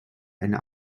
eine